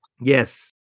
Yes